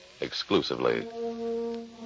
exclusively